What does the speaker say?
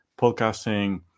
podcasting